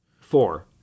four